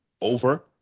over